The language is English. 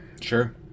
Sure